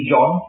John